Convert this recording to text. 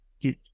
Get